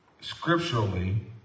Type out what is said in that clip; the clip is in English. scripturally